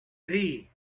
three